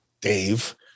Dave